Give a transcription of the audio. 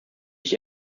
ich